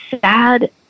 sad